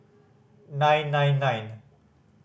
nine nine nine